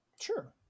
Sure